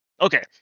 Okay